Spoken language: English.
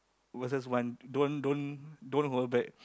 versus one don't don't don't hold back